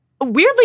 weirdly